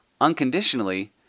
Unconditionally